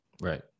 Right